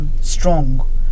strong